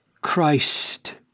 Christ